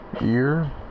year